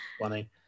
funny